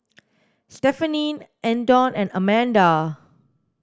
Stephenie Andon and Amanda